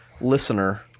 listener